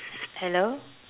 hello